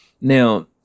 Now